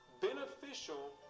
beneficial